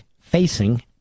facing